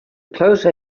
closer